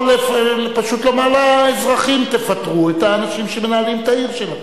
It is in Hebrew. או פשוט לומר לאזרחים: תפטרו את האנשים שמנהלים את העיר שלכם.